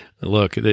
look